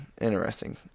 interesting